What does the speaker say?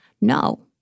No